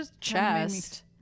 chest